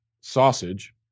sausage